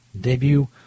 Debut